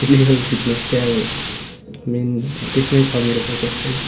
physical fitness चाहिँ अब main त्यसमै छ मेरो फोक्स चाहिँ